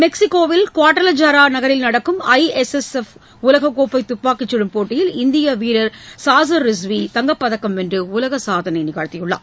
மெக்சிகோவில் குவாடலஜாரா நகரில் நடக்கும் ஐ எஸ் எஸ் எப் உலகக்கோப்பை துப்பாக்கிச் கடும் போட்டியில் இந்திய வீரர் சாசர் ரிஸ்வி தங்கப்பதக்கம் வென்று உலக சாதனை நிகழ்த்தியுள்ளார்